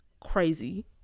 crazy